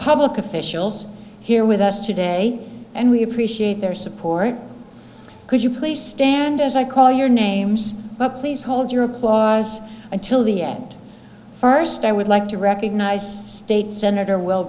public officials here with us today and we appreciate their support could you please stand as i call your names but please hold your applause until the end first i would like to recognize state sen